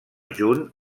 junt